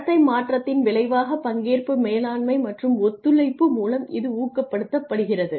நடத்தை மாற்றத்தின் விளைவாகப் பங்கேற்பு மேலாண்மை மற்றும் ஒத்துழைப்பு மூலம் இது ஊக்கப்படுத்தப்படுகிறது